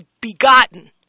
begotten